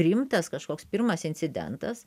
rimtas kažkoks pirmas incidentas